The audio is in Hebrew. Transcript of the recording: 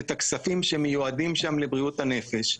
את הכספים שמיועדים שם לבריאות הנפש.